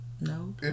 No